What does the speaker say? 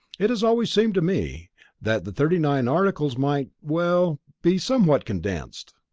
it has always seemed to me that the thirty-nine articles might well be somewhat condensed.